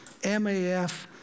MAF